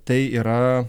tai yra